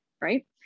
Right